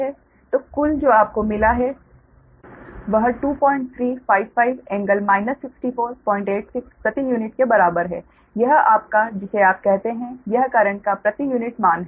तो कुल जो आपको मिला है वह 2355∟ 64860 प्रति यूनिट के बराबर है यह आपका जिसे आप कहते हैं यह करेंट का प्रति यूनिट मान है